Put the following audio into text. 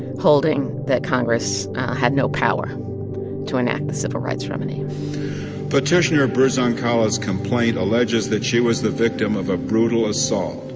holding that congress had no power to enact the civil rights remedy petitioner bzronkala's complaint alleges that she was the victim of a brutal assault.